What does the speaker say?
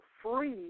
free